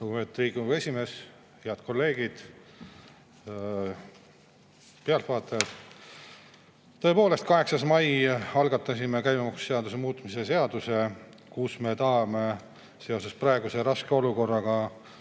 Tõepoolest, 8. mail algatasime käibemaksuseaduse muutmise seaduse eelnõu, millega me tahame seoses praeguse raske olukorraga